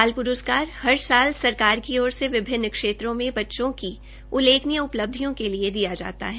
बाल प्रस्कार हर साल सरकार की ओर से विभिन्न क्षेत्रों में बच्चों की उल्लेखनीय उपलब्धियों के लिए दिया जाता है